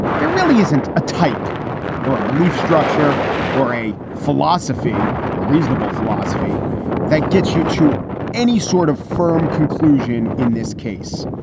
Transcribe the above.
there really isn't a type or a belief structure or a philosophy, a reasonable philosophy that gets you to any sort of firm conclusion in this case,